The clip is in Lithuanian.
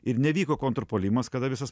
ir nevyko kontrpuolimas kada visas